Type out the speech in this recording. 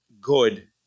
good